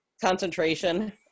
concentration